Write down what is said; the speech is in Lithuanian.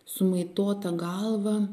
sumaitota galva